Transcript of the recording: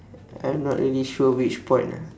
I'm not really sure which point ah